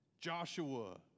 Joshua